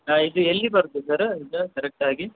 ಹಾಂ ಇದು ಎಲ್ಲಿ ಬರುತ್ತೆ ಸರ ಇದು ಕರೆಕ್ಟಾಗಿ